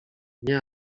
nie